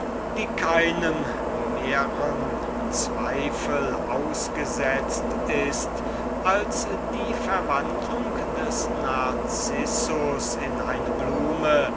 die keinem mehrern zweifel ausgesetzt ist als die verwandlung des narcissus in eine blume